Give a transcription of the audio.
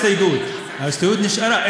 ההסתייגות נשארה.